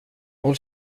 håll